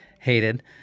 hated